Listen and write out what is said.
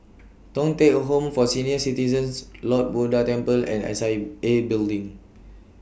Thong Teck Home For Senior Citizens Lord Buddha Temple and S I A Building